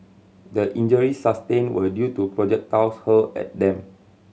the injuries sustained were due to projectiles hurled at them